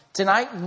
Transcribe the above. Tonight